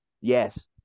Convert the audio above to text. Yes